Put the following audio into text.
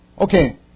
Okay